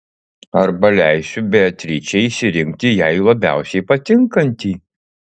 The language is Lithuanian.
arba leisiu beatričei išsirinkti jai labiausiai patinkantį